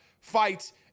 fights